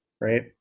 right